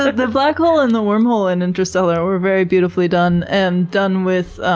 the the black hole and the wormhole in interstellar were very beautifully done, and done with